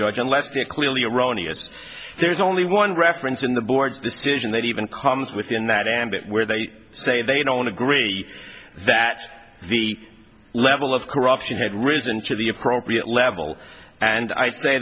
judge unless they're clearly erroneous there's only one reference in the board's decision that even comes within that ambit where they say they don't agree that the level of corruption had risen to the appropriate level and i say